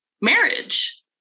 marriage